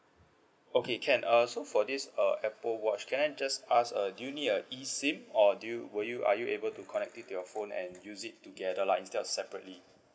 okay can err so for this uh apple watch can I just ask uh do you need a eSIM or do you will you are you able to connect to your phone and use it together lah instead of separately